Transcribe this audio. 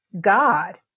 God